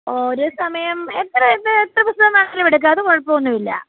ഒരു സമയം എത്ര അത് എത്ര പുസ്തകം വേണേലും എടുക്കാം അത് കുഴപ്പമൊന്നുമില്ല